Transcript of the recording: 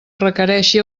requereixi